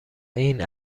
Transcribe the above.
این